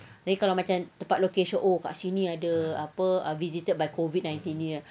then kalau macam tempat locations oh dekat sini ada apa visited by COVID nineteen